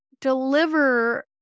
deliver